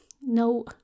no